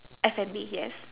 F&B yes